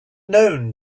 known